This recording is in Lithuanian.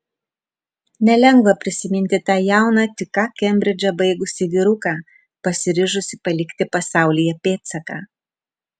nelengva prisiminti tą jauną tik ką kembridžą baigusį vyruką pasiryžusį palikti pasaulyje pėdsaką